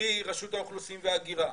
קרי רשות האוכלוסין וההגירה,